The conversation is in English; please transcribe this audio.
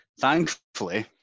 Thankfully